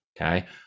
Okay